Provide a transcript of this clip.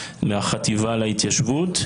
מהחטיבה להתיישבות.